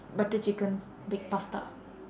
butter chicken baked pasta